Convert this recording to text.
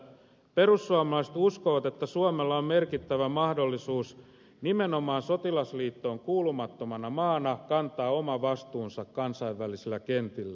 perussuomalaiset uskovat että suomella on merkittävä mahdollisuus nimenomaan sotilasliittoon kuulumattomana maana kantaa oma vastuunsa kansainvälisillä kentillä